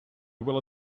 will